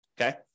Okay